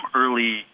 early